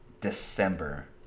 December